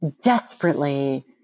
desperately